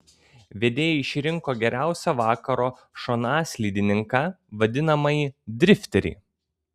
vedėjai išrinko geriausią vakaro šonaslydininką vadinamąjį drifterį